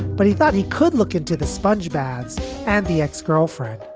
but he thought he could look into the sponge baths and the ex-girlfriend